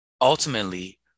Ultimately